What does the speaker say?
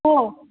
हो